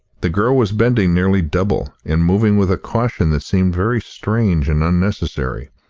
the girl was bending nearly double, and moving with a caution that seemed very strange and unnecessary.